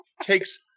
takes